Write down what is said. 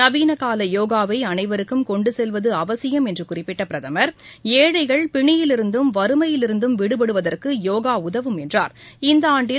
நவீனகாலயோகாவைஅனைவருக்கும் கொண்டுசெல்வதுஅவசியம் என்றுகுறிப்பிட்டபிரதமா் ஏழைகள் பிணியிலிருந்தும் வறுமையிலிருந்தும் விடுபடுவதற்குயோகாஉதவும் என்றாா்